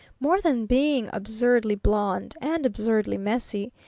more than being absurdly blond and absurdly messy,